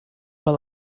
but